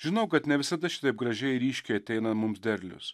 žinau kad ne visada šitaip gražiai ryškiai ateina mums derlius